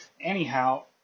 Anyhow